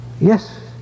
Yes